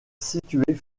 situées